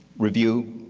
review,